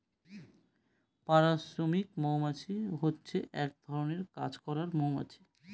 পাড়া শ্রমিক মৌমাছি হচ্ছে এক ধরনের কাজ করার মৌমাছি